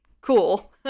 cool